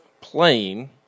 playing